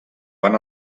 van